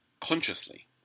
consciously